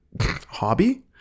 Hobby